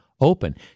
open